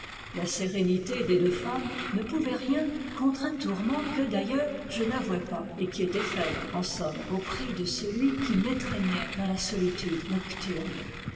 la sérénité des deux femmes ne pouvait rien contre un tourment que d'ailleurs je n'avouais pas et qui était faible en somme au prix de celui qui m'étreignait dans la solitude nocturne